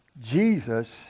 Jesus